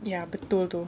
ya betul itu